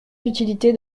l’utilité